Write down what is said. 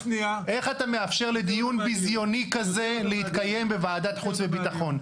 איך אתה מאפשר לדיון בזיוני כזה להתקיים בוועדת החוץ והביטחון?